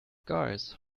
guys